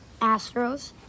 Astros